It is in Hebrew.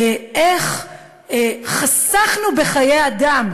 איך חסכנו בחיי אדם.